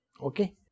okay